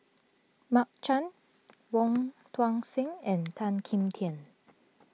Mark Chan Wong Tuang Seng and Tan Kim Tian